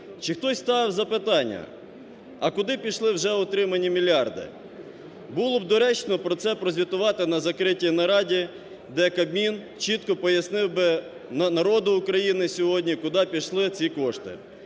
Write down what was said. Чи хтось ставив запитання: а куди пішли вже отримані мільярди? Було б доречно про це прозвітувати на закритій нараді, де Кабмін чітко пояснив би народу України сьогодні куди пішли ці кошти.